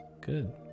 good